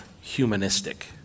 humanistic